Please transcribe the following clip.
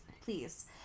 Please